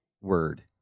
word